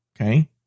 Okay